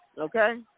Okay